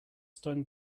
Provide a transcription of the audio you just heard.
stung